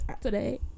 today